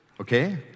okay